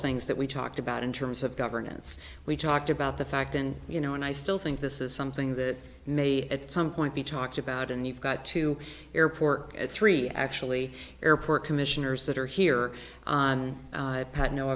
things that we talked about in terms of governance we talked about the fact and you know and i still think this is something that may at some point be talked about and you've got to airport at three actually airport commissioners that are here on a pad no